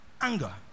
Anger